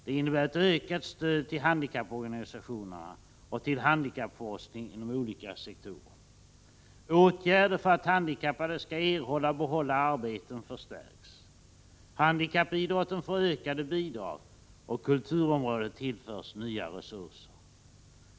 De innebär ett ökat stöd till handikapporganisationerna och till handikappforskning inom olika sektorer. Åtgärder för att handikappade skall erhålla och behålla arbete förstärks. Handikappidrotten får ökade bidrag, och kulturområdet tillförs nya resurser.